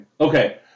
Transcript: Okay